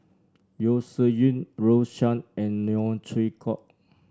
Yeo Shih Yun Rose Chan and Neo Chwee Kok